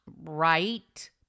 right